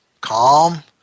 calm